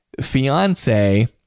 fiance